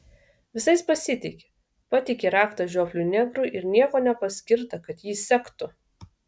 visais pasitiki patiki raktą žiopliui negrui ir nieko nepaskirta kad jį sektų